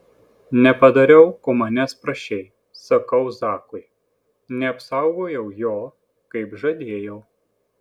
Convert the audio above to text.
nepadariau ko manęs prašei sakau zakui neapsaugojau jo kaip žadėjau